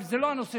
זה לא הנושא